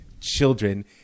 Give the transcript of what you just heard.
children